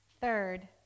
Third